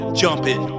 jumping